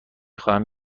خواهم